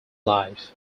life